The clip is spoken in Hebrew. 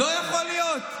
לא יכול להיות.